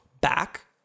back